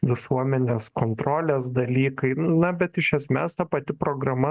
visuomenės kontrolės dalykai na bet iš esmės ta pati programa